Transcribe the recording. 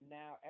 now